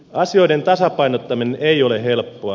asioiden tasapainottaminen ei ole helppoa